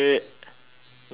nine